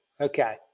Okay